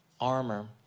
armor